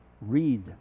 read